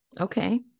okay